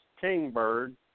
Kingbird